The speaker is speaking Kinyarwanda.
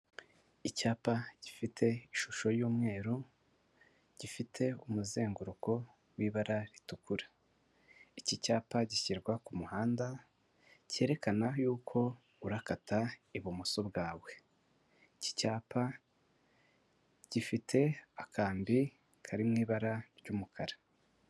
Icyapa gifite ishusho y'umweru, gifite umuzenguruko w'ibara ritukura. Iki cyapa gishyirwa ku muhanda cyerekana yuko urakata ibumoso bwawe. Iki cyapa gifite akambi kari mu ibara ry'umukara.